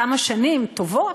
כמה שנים טובות,